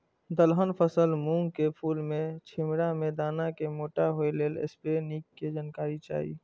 दलहन फसल मूँग के फुल में छिमरा में दाना के मोटा होय लेल स्प्रै निक के जानकारी चाही?